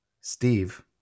Steve